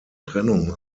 trennung